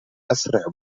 أسرع